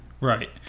Right